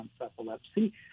epilepsy